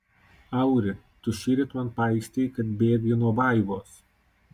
auri tu šįryt man paistei kad bėgai nuo vaivos